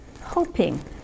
hoping